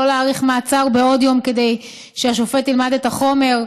לא להאריך מעצר בעוד יום כדי שהשופט ילמד את החומר,